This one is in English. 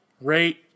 rate